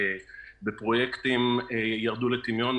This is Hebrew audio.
בפרויקטים ירדו לטמיון,